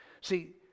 See